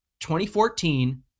2014